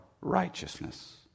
righteousness